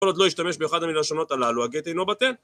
כל עוד לא השתמש באחת מן הלשונות הללו, הגט אינו בטל